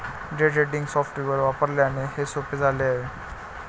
day trading software वापरल्याने हे सोपे झाले आहे